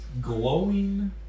glowing